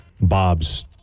Bob's